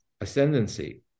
ascendancy